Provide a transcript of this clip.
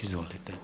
Izvolite.